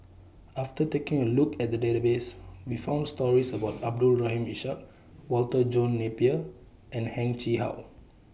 after taking A Look At The Database We found stories about Abdul Rahim Ishak Walter John Napier and Heng Chee How